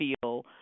feel